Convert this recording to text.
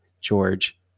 George